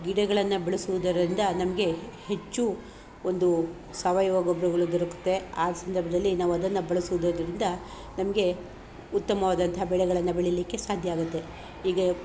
ಗಿಡಗಳನ್ನು ಬಳಸುವುದರಿಂದ ನಮಗೆ ಹೆಚ್ಚು ಒಂದು ಸಾವಯವ ಗೊಬ್ಬರಗಳು ದೊರಕುತ್ತೆ ಆ ಸಂದರ್ಭದಲ್ಲಿ ನಾವು ಅದನ್ನು ಬಳಸೋದರಿಂದ ನಮಗೆ ಉತ್ತಮವಾದಂಥ ಬೆಳೆಗಳನ್ನು ಬೆಳಿಲಿಕ್ಕೆ ಸಾಧ್ಯ ಆಗುತ್ತೆ ಈಗ